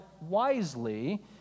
wisely